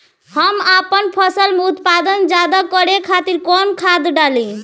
हम आपन फसल में उत्पादन ज्यदा करे खातिर कौन खाद डाली?